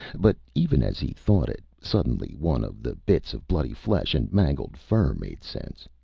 but even as he thought it, suddenly one of the bits of bloody flesh and mangled fur made sense.